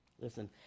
listen